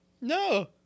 No